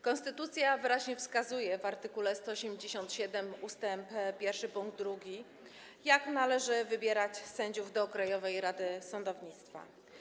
Konstytucja wyraźnie wskazuje w art. 187 ust. 1 pkt 2, jak należy wybierać sędziów do Krajowej Rady Sądownictwa.